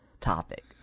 topic